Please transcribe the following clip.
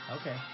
Okay